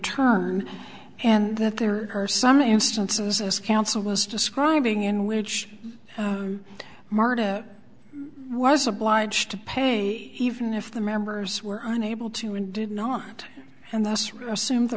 turn and that there are some instances as counsel was describing in which martha was obliged to pay even if the members were unable to and did not and that's